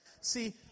See